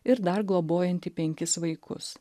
ir dar globojantį penkis vaikus